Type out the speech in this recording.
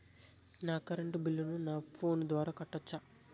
నా కరెంటు బిల్లును నా ఫోను ద్వారా కట్టొచ్చా?